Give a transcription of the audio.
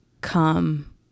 come